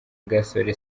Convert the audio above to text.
gasore